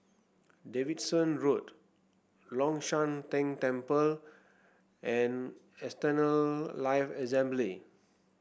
Davidson Road Long Shan Tang Temple and Eternal Life Assembly